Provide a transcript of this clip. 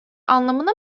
anlamına